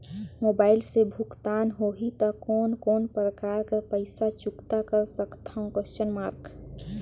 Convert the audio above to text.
Mobile से भुगतान होहि त कोन कोन प्रकार कर पईसा चुकता कर सकथव?